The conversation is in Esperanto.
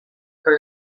kaj